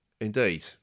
indeed